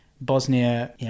Bosnia